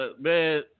Man